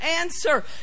answer